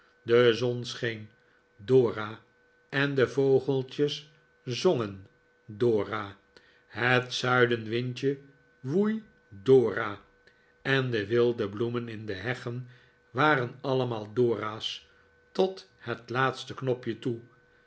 de zon scheen dora en de vogeltjes zongen dora het zuidenwindje woei dora en de wilde bloemen in de heggen waren allemaal dora's tot het laatste knopje toe